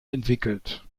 entwickelt